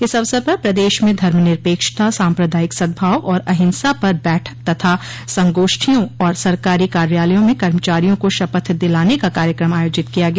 इस अवसर पर प्रदेश में धर्मनिरपेक्षता साम्प्रदायिक सद्भाव और अहिंसा पर बैठक तथा संगोष्ठियों और सरकारी कार्यालयों में कर्मचारियों को शपथ दिलाने का कार्यक्रम आयोजित किया गया